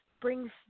brings